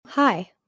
Hi